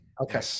Okay